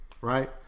right